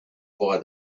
buy